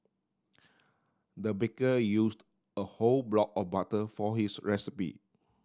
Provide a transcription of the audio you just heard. the baker used a whole block of butter for his recipe